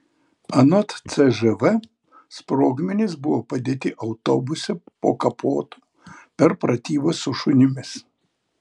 anot cžv sprogmenys buvo padėti autobuse po kapotu per pratybas su šunimis